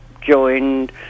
joined